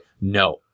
no